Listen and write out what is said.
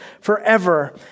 forever